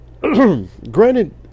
granted